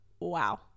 wow